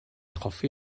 hoffi